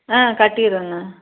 ஆ கட்டிடுறோங்க